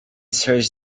search